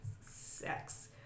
Sex